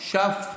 עבר,